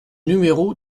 numéro